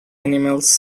animals